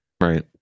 right